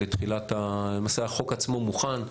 למעשה, החוק עצמו מוכן,